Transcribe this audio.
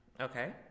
Okay